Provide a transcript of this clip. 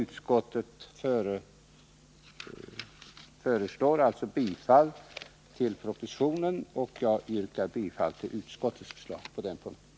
Utskottet föreslår att riksdagen bifaller propositionens förslag, och jag yrkar bifall till utskottets hemställan på den punkten.